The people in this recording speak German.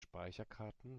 speicherkarten